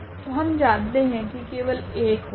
तो हम जानते है की केवल एक होगा